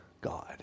God